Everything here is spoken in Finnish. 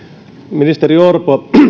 ministeri orpo